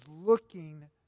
looking